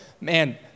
man